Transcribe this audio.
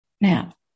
Now